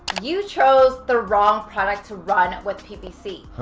you chose the wrong product to run with ppc.